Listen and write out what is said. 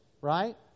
right